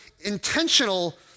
intentional